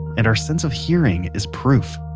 and our sense of hearing is proof.